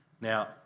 Now